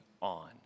on